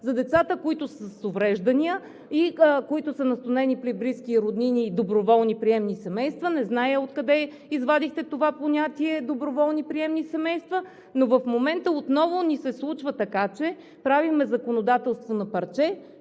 за децата, които са с увреждания и които са настанени при близки, роднини и доброволни приемни семейства. Не зная откъде извадихте това понятие „доброволни приемни семейства“, но в момента отново ни се случва така, че правим законодателство на парче,